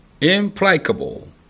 Implacable